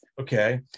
Okay